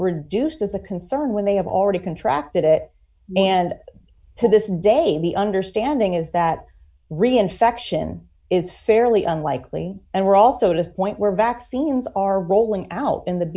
reduced as a concern when they have already contracted it d and to this day the understanding is that re infection is fairly unlikely and were also to point where vaccines are rolling out in the